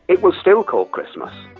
it was still called christmas.